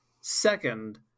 Second